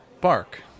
Bark